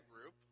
group